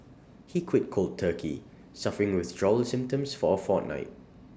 he quit cold turkey suffering withdrawal symptoms for A fortnight